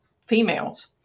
females